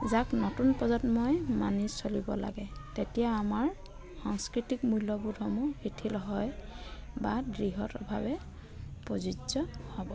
যাক নতুন প্ৰজন্মই মানি চলিব লাগে তেতিয়া আমাৰ সাংস্কৃতিক মূল্যবোধসমূহ শিথিল হয় বা দৃঢ়ভাৱে প্ৰযোজ্য হ'ব